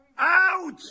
out